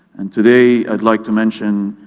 and today i'd like to mention